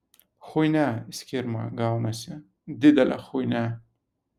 chuinia skirma gaunasi didelė chuinia